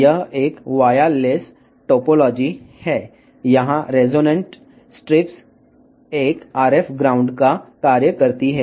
ఇది తక్కువ టోపోలాజీ ఇక్కడ రెసొనెన్స్ స్ట్రిప్స్ RF గ్రౌండ్గా పనిచేస్తాయి